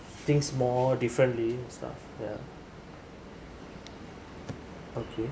thinks more differently stuff yeah okay